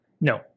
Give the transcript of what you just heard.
No